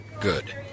Good